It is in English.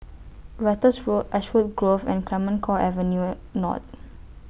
Ratus Road Ashwood Grove and Clemenceau Avenue North